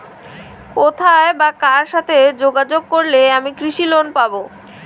কোথায় বা কার সাথে যোগাযোগ করলে আমি কৃষি লোন পাব?